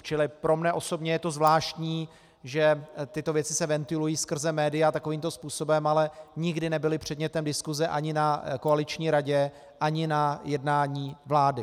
Čili pro mě osobně je to zvláštní, že tyto věci se ventilují skrze média takovýmto způsobem, ale nikdy nebyly předmětem diskuse ani na koaliční radě ani na jednání vlády.